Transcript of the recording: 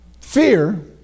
fear